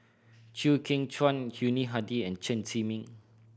Chew Kheng Chuan Yuni Hadi and Chen Zhiming